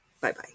Bye-bye